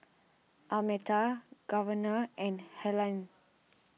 Almeta Governor and Helaine